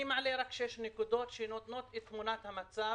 אני מעלה רק שש נקודות שנותנות את תמונת המצב,